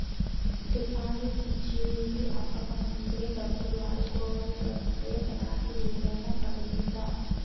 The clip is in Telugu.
డిపాజిట్ మెచ్యూరిటీ అవ్వక ముందే డబ్బులు వాడుకొవాల్సి వస్తే పెనాల్టీ ఏదైనా పడుతుందా?